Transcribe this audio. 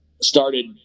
started